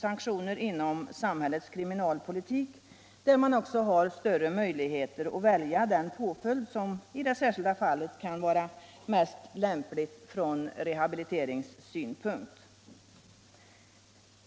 sanktioner inom samhällets kriminalpolitik, där man också har större möjligheter att välja den påföljd som i det särskilda fallet kan vara mest lämplig från rehabiliteringssynpunkt.